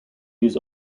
use